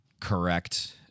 correct